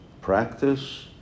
practice